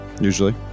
Usually